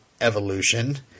evolution